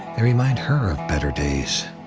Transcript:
they remind her of better days.